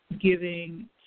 giving